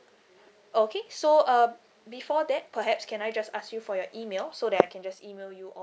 okay so uh before that perhaps can I just ask you for your email so that I can just email you all